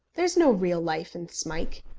there is no real life in smike.